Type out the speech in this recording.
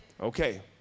Okay